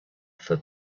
for